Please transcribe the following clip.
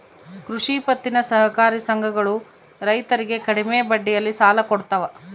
ಕೃಷಿ ಪತ್ತಿನ ಸಹಕಾರಿ ಸಂಘಗಳು ರೈತರಿಗೆ ಕಡಿಮೆ ಬಡ್ಡಿಯಲ್ಲಿ ಸಾಲ ಕೊಡ್ತಾವ